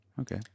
Okay